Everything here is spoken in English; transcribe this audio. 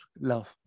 love